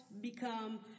become